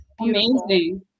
amazing